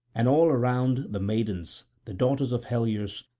and all around the maidens, the daughters of helios,